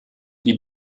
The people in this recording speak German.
die